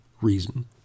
reason